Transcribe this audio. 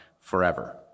forever